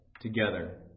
together